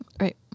Right